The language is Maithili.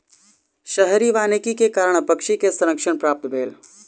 शहरी वानिकी के कारण पक्षी के संरक्षण प्राप्त भेल